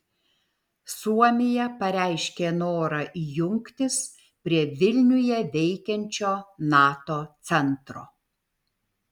suomija pareiškė norą jungtis prie vilniuje veikiančio nato centro